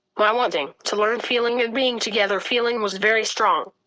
my wanting to learn feeling and being together feeling was very strong.